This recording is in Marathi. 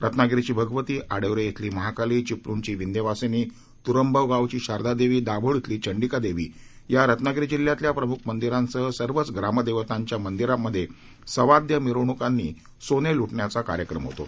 रत्नागिरीची भगवती आडिवरे इथली महाकाली चिपळूणची विंध्यवासिनी तुरंबव गावची शारदादेवी दाभोळ इथली चंडिकादेवी या रत्नागिरी जिल्ह्यातल्या प्रमुख मंदिरांसह सर्वच ग्रामदेवतांच्या मंदिरांमध्ये सवाद्य मिरवणुकांनी सोनं लुटण्याचा कार्यक्रम होतो